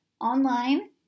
online